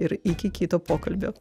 ir iki kito pokalbio